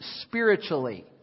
spiritually